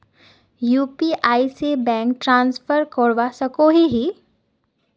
UPI से bank transfer करवा सकोहो ही?